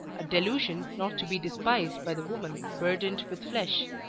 a delusion not to be despised by the woman burdened with flesh.